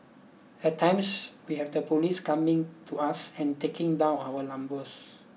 at times we have the police coming to us and taking down our numbers